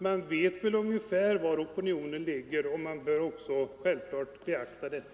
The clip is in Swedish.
Man vet väl ungefär var opinionen ligger, och självfallet bör man beakta det.